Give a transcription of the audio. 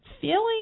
Feeling